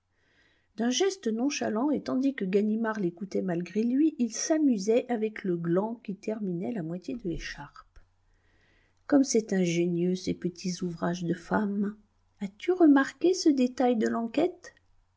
d'un geste nonchalant et tandis que ganimard l'écoutait malgré lui il s'amusait avec le gland qui terminait la moitié de l'écharpe comme c'est ingénieux ces petits ouvrages de femme as-tu remarqué ce détail de l'enquête